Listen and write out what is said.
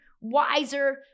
wiser